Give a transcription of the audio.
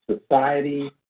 society